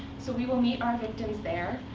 so we will meet our victims there.